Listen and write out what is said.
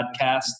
Podcast